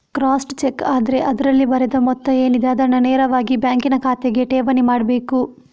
crossed cheque ಆದ್ರೆ ಅದ್ರಲ್ಲಿ ಬರೆದ ಮೊತ್ತ ಏನಿದೆ ಅದನ್ನ ನೇರವಾಗಿ ಬ್ಯಾಂಕಿನ ಖಾತೆಗೆ ಠೇವಣಿ ಮಾಡ್ಬೇಕು